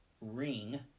ring